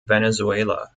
venezuela